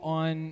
on